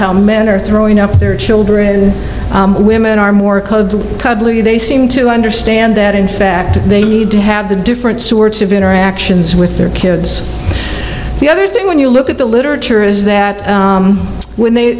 how men are throwing up their children women are more cuddly they seem to understand that in fact they need to have the different sorts of interactions with their kids the other thing when you look at the literature is that when they